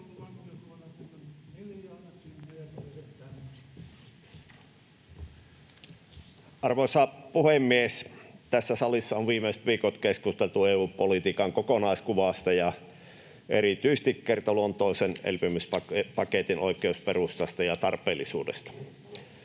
Arvoisa puhemies! Tässä salissa on viimeiset viikot keskusteltu EU-politiikan kokonaiskuvasta ja erityisesti kertaluontoisen elpymispaketin oikeusperustasta ja tarpeellisuudesta.